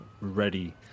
ready